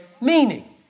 meaning